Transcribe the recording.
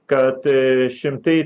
kad šimtai